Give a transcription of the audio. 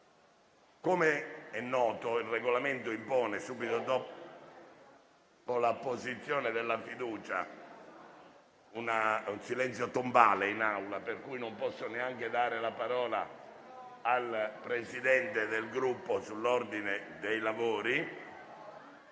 com'è noto, il Regolamento impone, subito dopo l'apposizione della fiducia, un silenzio tombale in Aula, per cui non posso neanche dare la parola al Presidente del Gruppo Fratelli d'Italia